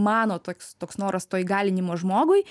mano toks toks noras to įgalinimo žmogui